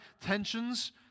tensions